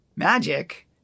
Magic